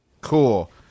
Cool